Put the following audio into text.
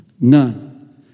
None